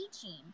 teaching